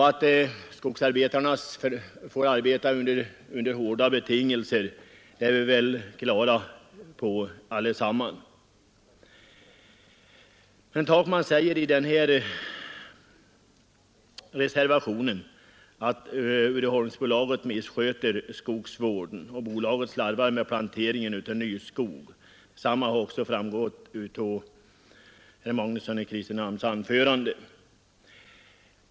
Att skogsarbetarna får arbeta under hårda betingelser är vi väl klara över allesammans. Herr Takman säger vidare i reservationen att Uddeholmsbolaget missköter skogsvården och slarvar med planteringen av ny skog. Detsamma anförde herr Magnusson i Kristinehamn i sitt inlägg här nyss.